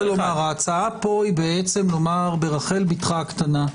ההצעה היא לומר פה ברחל בתך הקטנה.